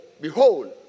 behold